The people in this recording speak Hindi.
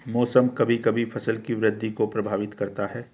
मौसम कभी कभी फसल की वृद्धि को प्रभावित करता है